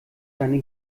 seine